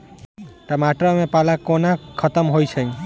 टमाटर मे पाला कोना खत्म होइ छै?